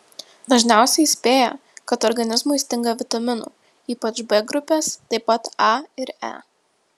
dažniausiai įspėja kad organizmui stinga vitaminų ypač b grupės taip pat a ir e